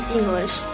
English